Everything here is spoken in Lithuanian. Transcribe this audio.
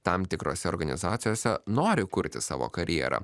tam tikrose organizacijose nori kurti savo karjerą